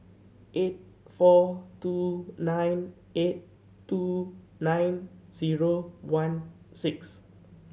eight four two nine eight two nine zero one six